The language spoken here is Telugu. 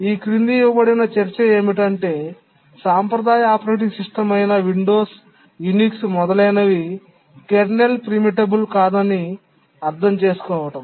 ఈ క్రింది ఇవ్వబడిన చర్చ ఏమిటంటే సాంప్రదాయ ఆపరేటింగ్ సిస్టమ్ అయిన విండోస్ యునిక్స్ మొదలైనవి కెర్నల్ ప్రీమిటబుల్ కాదని అర్థం చేసుకోవడం